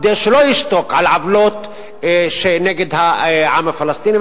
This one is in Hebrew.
כדי שלא ישתוק על עוולות נגד העם הפלסטיני.